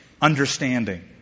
understanding